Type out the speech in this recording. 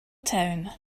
town